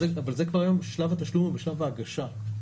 אבל היום שלב התשלום הוא בשלב ההגשה.